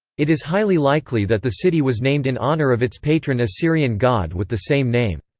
it is highly likely that the city was named in honour of its patron assyrian god with the same name.